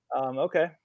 Okay